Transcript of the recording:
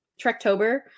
trektober